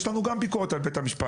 יש לנו גם ביקורת על בית המשפט,